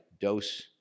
dose